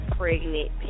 pregnant